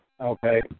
Okay